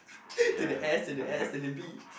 to the S to the S to the B